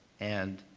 and